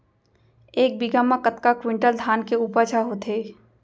एक बीघा म कतका क्विंटल धान के उपज ह होथे?